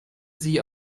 sie